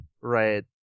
Right